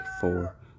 Four